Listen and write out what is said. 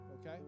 Okay